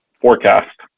forecast